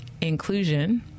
inclusion